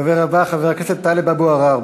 הדובר הבא, חבר הכנסת טלב אבו עראר,